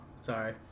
sorry